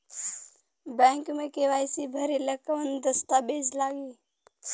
Bank मे KYC भरेला कवन दस्ता वेज लागी?